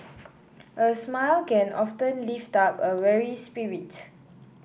a smile can often lift up a weary spirit